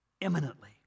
imminently